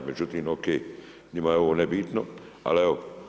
Međutim o.k. Njima je ovo nebitno, ali evo.